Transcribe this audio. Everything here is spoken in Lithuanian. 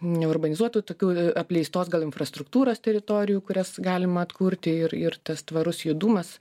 neurbanizuotų tokių apleistos gal infrastruktūros teritorijų kurias galima atkurti ir ir tas tvarus judumas